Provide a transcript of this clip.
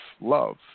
love